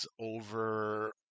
over